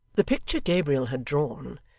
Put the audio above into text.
the picture gabriel had drawn,